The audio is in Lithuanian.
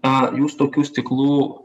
a jūs tokių stiklų